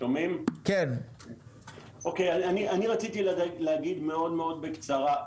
אני רציתי להגיד מאוד מאוד בקצרה,